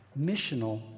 missional